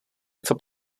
něco